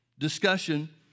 Discussion